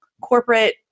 corporate